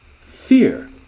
fear